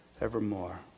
evermore